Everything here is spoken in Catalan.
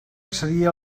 accedir